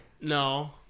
No